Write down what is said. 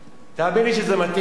תאמין לי שזה מתאים לך,